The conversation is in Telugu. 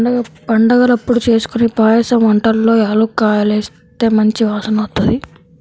పండగలప్పుడు జేస్కొనే పాయసం వంటల్లో యాలుక్కాయాలేస్తే మంచి వాసనొత్తది